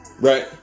right